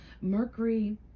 Mercury